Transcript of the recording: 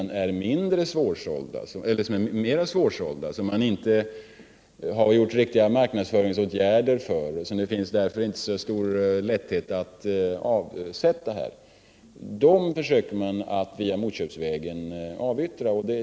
Mera svårsålda varor från östsidan som man inte har vidtagit riktiga marknadsåtgärder för och som därför inte med lätthet kan avsättas här försöker man däremot att motköpsvägen avyttra.